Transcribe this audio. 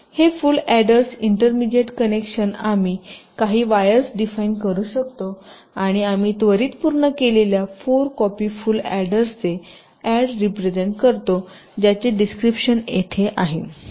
हे full adders intermediate connection आम्ही काही वायर्स डिफाईन करू शकतो आणि आम्ही त्वरित पूर्ण केलेल्या 4 कॉपी फुल अॅडर्सचे अॅड रीप्रेझेन्ट करतो ज्याचे डिस्क्रिपशन येथे आहे